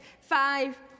five